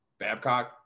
Babcock